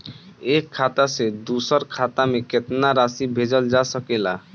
एक खाता से दूसर खाता में केतना राशि भेजल जा सके ला?